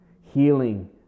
healing